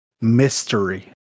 mystery